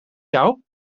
jou